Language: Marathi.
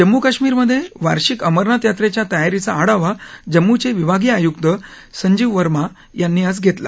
जम्मू काश्मीरमधे वार्षिक अमरनाथ यात्रेच्या तयारीचा आढावा जम्मूचे विभागीय आयुक्त सजीव वर्मा आज घेतला